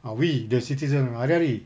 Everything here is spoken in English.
ah we the citizens ah hari hari